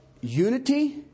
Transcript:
unity